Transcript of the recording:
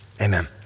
amen